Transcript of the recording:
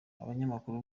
abanyamakuru